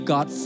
God